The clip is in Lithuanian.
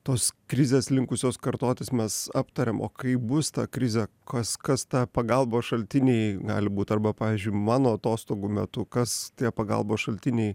tos krizės linkusios kartotis mes aptariam o kai bus ta krizė kas kas ta pagalbos šaltiniai gali būt arba pavyzdžiui mano atostogų metu kas tie pagalbos šaltiniai